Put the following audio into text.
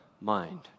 mind